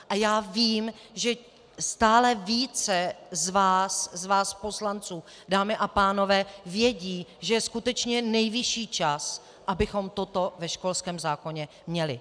A já vím, že stále více z vás poslanců, dámy a pánové, ví, že je skutečně nejvyšší čas, abychom toto ve školském zákoně měli.